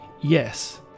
Yes